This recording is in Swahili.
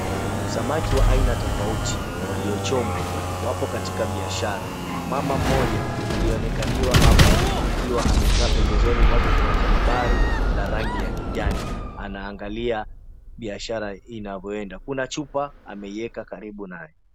Samaki wa aina tofauti waliochomwa wapo katika biashara. Mama mmoja alionekaniwa hapo akiwa amekaa pembezoni mwake kuna tenobari la rangi ya kijani, anaangalia biashara inavyoenda. Kuna chupa ameieka karibu naye.